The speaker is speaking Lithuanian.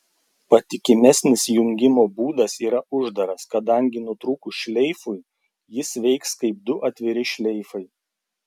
patikimesnis jungimo būdas yra uždaras kadangi nutrūkus šleifui jis veiks kaip du atviri šleifai